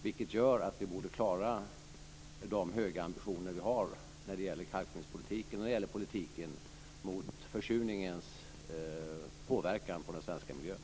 Det gör att vi borde klara de höga ambitioner vi har när det gäller kalkningspolitiken och när det gäller politiken mot försurningens påverkan på den svenska miljön.